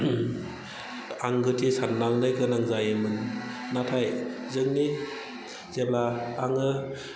आंगोथि साननांनाय गोनां जायोमोन नाथाय जोंनि जेब्ला आङो